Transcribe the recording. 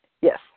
Yes